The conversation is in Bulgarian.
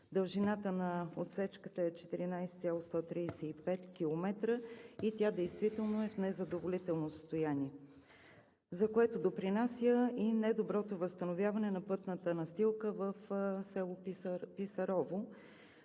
Дължината на отсечката е 14,135 км и тя действително е в незадоволително състояние, за което допринася и недоброто възстановяване на пътната настилка в село Писарово.